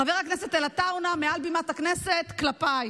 חבר הכנסת עטאונה, מעל בימת הכנסת, כלפיי.